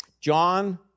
John